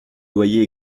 loyers